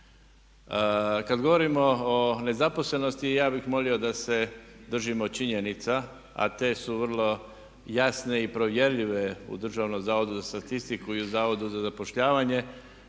Kad govorimo o nezaposlenosti ja bih molio da se držimo činjenica, a te su vrlo jasne i provjerljive u Državnom zavodu za statistiku i u Zavodu za zapošljavanje